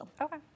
Okay